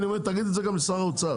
אני אומר שתגיד את זה גם לשר האוצר,